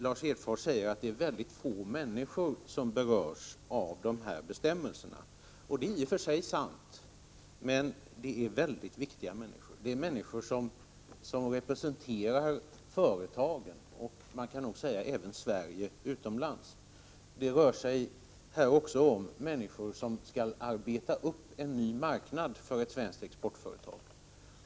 Lars Hedfors säger att det är mycket få människor som berörs av dessa bestämmelser. Det är i och för sig sant, men det är fråga om oerhört viktiga människor, nämligen människor som representerar företagen och även Sverige utomlands. Det är också fråga om människor som skall arbeta upp en ny marknad för ett svenskt exportföretag.